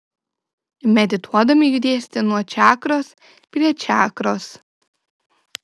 medituodami judėsite nuo čakros prie čakros